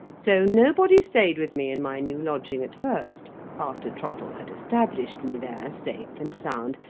so, nobody stayed with me in my new lodging at first after trottle had established me there safe and sound,